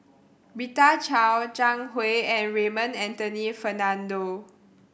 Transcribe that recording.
Rita Chao Zhang Hui and Raymond Anthony Fernando